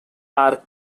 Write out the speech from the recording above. are